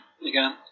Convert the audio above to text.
again